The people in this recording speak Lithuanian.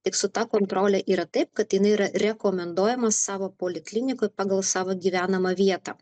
tik su ta kontrole yra taip kad jinai yra rekomenduojama savo poliklinikoj pagal savo gyvenamą vietą